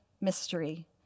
mystery